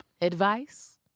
Advice